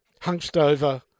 hunched-over